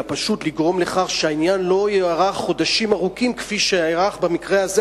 אלא פשוט לגרום לכך שהעניין לא יארך חודשים ארוכים כפי שארך במקרה הזה.